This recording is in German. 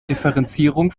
differenzierung